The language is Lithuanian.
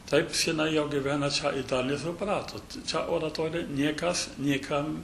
taip žinai jau gyvenat čia ir dar nesupratot čia oratorija niekas niekam